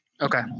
Okay